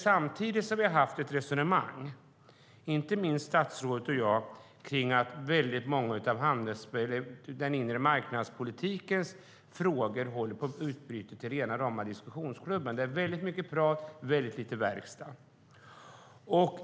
Samtidigt har vi haft ett resonemang, inte minst statsrådet och jag, om att rena rama diskussionsklubben håller på att utbryta när det gäller den inre marknadspolitikens frågor. Det är väldigt mycket prat och väldigt lite verkstad.